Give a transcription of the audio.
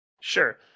Sure